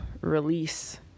release